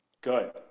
Good